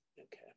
Okay